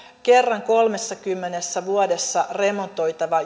kerran kolmessakymmenessä vuodessa remontoitavan